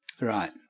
Right